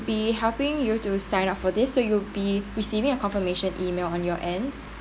be helping you to sign up for this so you'll be receiving a confirmation email on your end